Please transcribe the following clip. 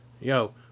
Yo